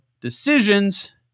decisions